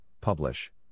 Publish